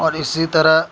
اور اسی طرح